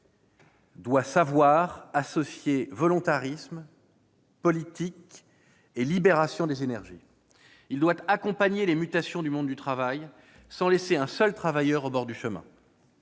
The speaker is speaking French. doit savoir associer volontarisme politique et libération des énergies. Il doit accompagner les mutations du monde du travail, sans laisser un seul travailleur au bord du chemin.